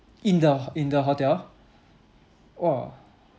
in the ho~ in the hotel !wah!